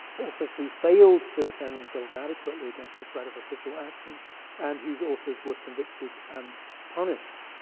authors who failed to defend themselves adequately against the threat of official action and whose authors were convicted and punished.